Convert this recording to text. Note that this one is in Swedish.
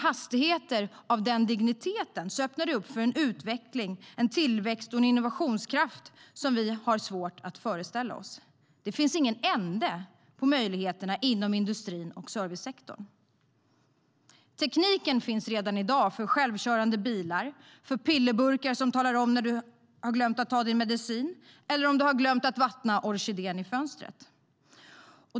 Hastigheter av den digniteten öppnar upp för en utveckling, tillväxt och innovationskraft som vi har svårt att föreställa oss. Det finns ingen ände på möjligheterna inom industrin och servicesektorn. Tekniken finns redan för självkörande bilar, för pillerburkar som talar om när du glömt att ta din medicin och om du behöver vattna orkidén i fönstret.